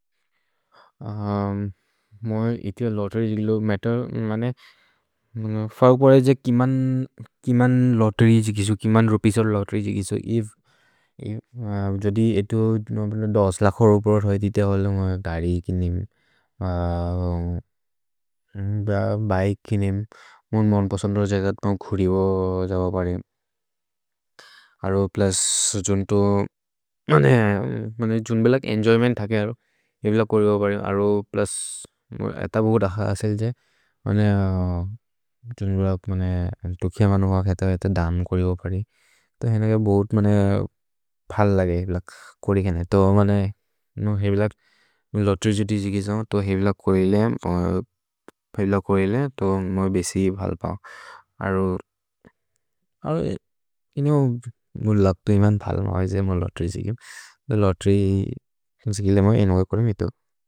मोइ इति लोत्तेर्य् जिक्लो मतेर्, मने फगु प्रए जे किमन् लोत्तेर्य् जिकिसु, किमन् रुपिसोर् लोत्तेर्य् जिकिसु। जोदि एतो दोस् लकोर् उपर् होइ दिते, होलो मोइ गरि किनेम्, बिके किनेम्, मोन् मन्पसन्दर् जैत तन् खुरिब जब परेम्। अरो प्लुस् जुन्तो, जुन्बे लक् एन्जोय्मेन्त् थके अरो, हेव्लक् कुरिब परेम्। अरो प्लुस् एत बोगु दख असेल् जे, जुन्बे लक् मने तुखिय मनु वक् एतो एतो दन् कुरिब परेम्। तो हेनक् बोगुत् मने फल् लगे हेव्लक् कोरि केने। तो मने, नो हेव्लक्, लोत्तेर्य् जिति जिकिसम्, तो हेव्लक् कोरिले, हेव्लक् कोरिले तो मोइ बेसि भल् पओ। अरो, अरो, किनेमो, मोइ लक् तो हिमन् फल् महै जे, मोइ लोत्तेर्य् जिकिम्। तो लोत्तेर्य् जिकिले मोइ एनोअक् करिम् एतो।